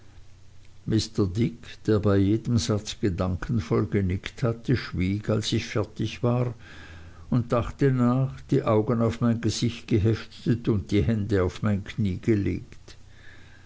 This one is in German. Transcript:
mr dick der bei jedem satz gedankenvoll genickt hatte schwieg als ich fertig war und dachte nach die augen auf mein gesicht geheftet und die hände auf mein knie gelegt